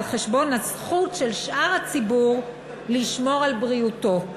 חשבון הזכות של שאר הציבור לשמור על בריאותו.